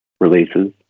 releases